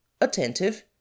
attentive